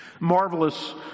Marvelous